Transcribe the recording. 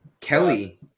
Kelly